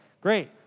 Great